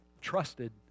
trusted